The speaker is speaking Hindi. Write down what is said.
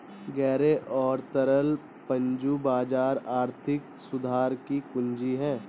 गहरे और तरल पूंजी बाजार आर्थिक सुधार की कुंजी हैं,